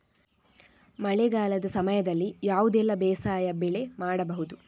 ಮಳೆಗಾಲದ ಸಮಯದಲ್ಲಿ ಯಾವುದೆಲ್ಲ ಬೇಸಾಯ ಬೆಳೆ ಮಾಡಬಹುದು?